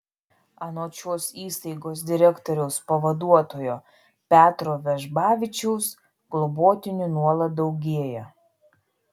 anot šios įstaigos direktoriaus pavaduotojo petro vežbavičiaus globotinių nuolat daugėja